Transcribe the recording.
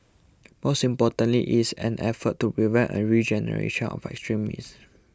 most importantly it is an effort to prevent a regeneration of extremists